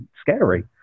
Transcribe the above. scary